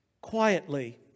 quietly